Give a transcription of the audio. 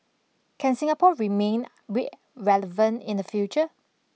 can Singapore remain relevant in the future